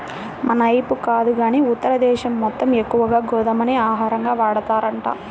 మనైపు కాదు గానీ ఉత్తర దేశం మొత్తం ఎక్కువగా గోధుమనే ఆహారంగా వాడతారంట